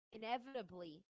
inevitably